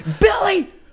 Billy